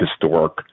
historic